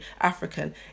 african